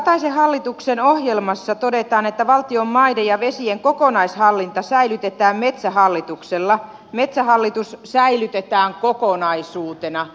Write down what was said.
kataisen hallituksen ohjelmassa todetaan että valtion maiden ja vesien kokonaishallinta säilytetään metsähallituksella metsähallitus säilytetään kokonaisuutena